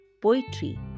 Poetry